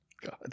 God